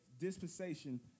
dispensation